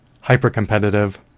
hyper-competitive